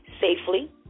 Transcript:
safely